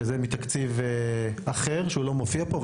שזה מתקציב אחר שלא מופיע פה,